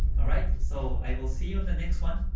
alright, so i will see you on the next one.